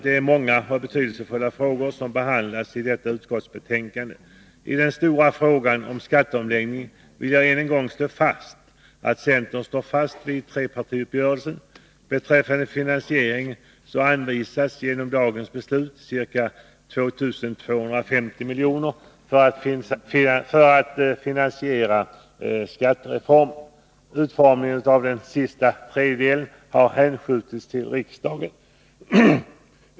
Det är många och betydelsefulla frågor som behandlas i detta utskottsbetänkande. I den stora frågan om skatteomläggningen vill jag än en gång konstatera att centern står fast vid trepartiuppgörelsen. Beträffande finansieringen anvisas genom dagens beslut ca 2250 miljoner för att finansiera skattereformen. Utformningen av den sista tredjedelen har hänskjutits till höstriksdagen.